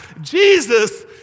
Jesus